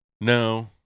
No